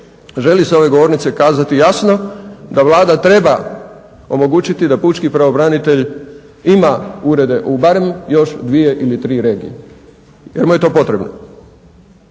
želi sa ove govornice kazati jasno da Vlada treba omogućiti da pučko pravobranitelj ima urede u barem još 2 ili 3 regije. Jer mu je to potrebno,